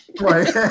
Right